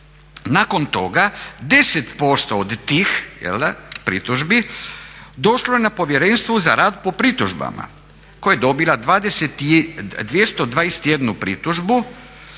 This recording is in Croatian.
Nakon toga 10% od tih pritužbi došlo je na Povjerenstvo za rad po pritužbama koje je dobilo 221 pritužbu